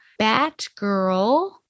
Batgirl